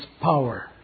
power